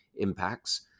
impacts